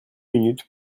minutes